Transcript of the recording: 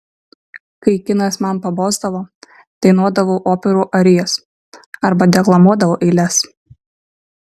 kai kinas man pabosdavo dainuodavau operų arijas arba deklamuodavau eiles